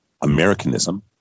americanism